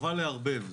חבל לערבב.